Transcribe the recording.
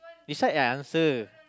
decide I answer